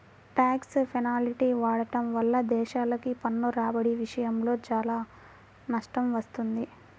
tax హెవెన్ని వాడటం వల్ల దేశాలకు పన్ను రాబడి విషయంలో చాలా నష్టం వస్తుంది